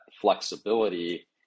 flexibility